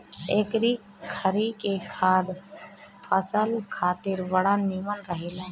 एकरी खरी के खाद फसल खातिर बड़ा निमन रहेला